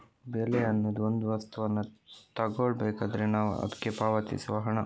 ಬೆಲೆ ಅನ್ನುದು ಒಂದು ವಸ್ತುವನ್ನ ತಗೊಳ್ಬೇಕಾದ್ರೆ ನಾವು ಅದ್ಕೆ ಪಾವತಿಸುವ ಹಣ